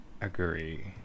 agree